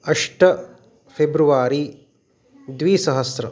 अष्ट फ़ेब्रुवारि द्विसहस्रम्